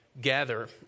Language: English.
gather